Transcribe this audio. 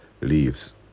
leaves